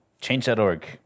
change.org